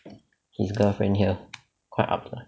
his girlfriend here quite ups lah